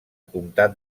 comtat